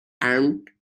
and